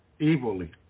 evilly